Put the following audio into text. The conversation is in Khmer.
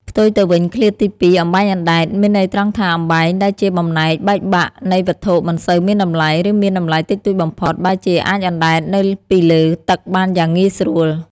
ផ្ទុយទៅវិញ ឃ្លាទីពីរ "អំបែងអណ្ដែត" មានន័យត្រង់ថា អំបែងដែលជាបំណែកបែកបាក់នៃវត្ថុមិនសូវមានតម្លៃ ឬមានតម្លៃតិចតួចបំផុត បែរជាអាចអណ្ដែតនៅពីលើទឹកបានយ៉ាងងាយស្រួល។